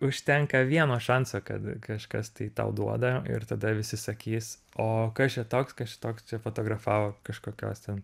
užtenka vieno šanso kad kažkas tai tau duoda ir tada visi sakys o kas čia toks kas čia toks čia fotografavo kažkokios ten